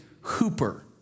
Hooper